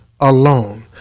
alone